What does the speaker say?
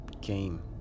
game